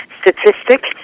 statistic